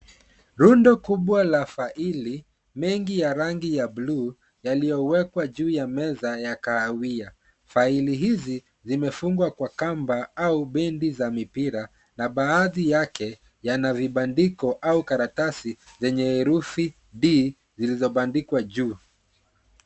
Rundo kubwa la faili, mengi ya rangi ya bluu yaliyowekwa juu ya meza ya kahawia. Faili hizi zimefungwa kwa kamba au bendi za mipira, na baadhi yake, yana vibandiko au karatasi zenye herufi D zilizobandikwa juu.